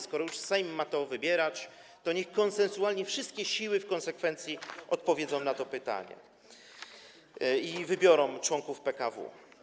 Skoro już Sejm ma to wybierać, to niech to czyni konsensualnie, wszystkie siły w konsekwencji odpowiedzą wtedy na to pytanie i wybiorą członków PKW.